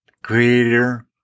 Creator